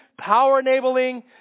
power-enabling